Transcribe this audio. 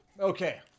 okay